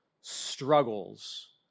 struggles